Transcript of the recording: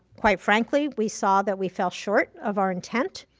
quite frankly, we saw that we fell short of our intent.